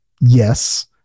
yes